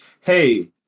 hey